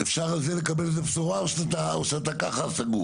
אפשר על זה לקבל איזו בשורה או שאתה סגור?